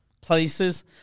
places